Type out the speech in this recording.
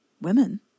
Women